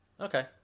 Okay